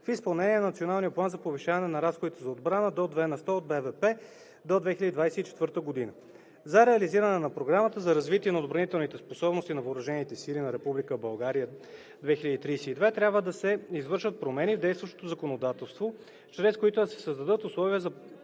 в изпълнение на Националния план за повишаване на разходите за отбрана до 2 на сто от БВП до 2024 г. За реализиране на Програмата за развитие на отбранителните способности на въоръжените сили на Република България 2032 трябва да се извършат промени в действащото законодателство, чрез които да се създадат условия за